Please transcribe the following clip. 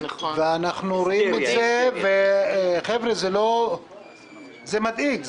חבר'ה, זה מדאיג.